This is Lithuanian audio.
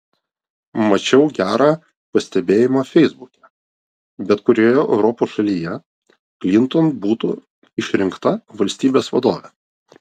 mačiau gerą pastebėjimą feisbuke bet kurioje europos šalyje klinton būtų išrinkta valstybės vadove